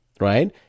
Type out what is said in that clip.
right